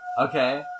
Okay